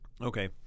Okay